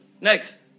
Next